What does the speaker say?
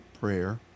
prayer